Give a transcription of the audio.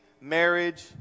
marriage